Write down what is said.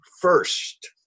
First